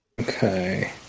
Okay